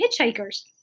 hitchhikers